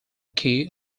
key